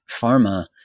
pharma